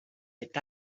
est